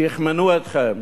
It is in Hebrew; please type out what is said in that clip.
תכמנו אתכם.